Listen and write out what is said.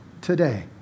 today